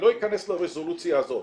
אני לא אכנס לרזולוציה הזו.